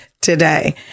today